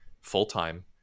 full-time